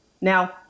Now